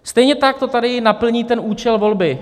Stejně tak to tady naplní ten účel volby.